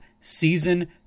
season